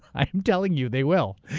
i'm telling you, they will.